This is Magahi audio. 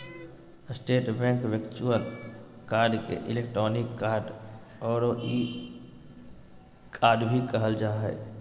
स्टेट बैंक वर्च्युअल कार्ड के इलेक्ट्रानिक कार्ड औरो ई कार्ड भी कहल जा हइ